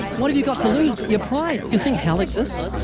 what have you got to lose but your pride? you think hell exists?